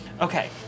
Okay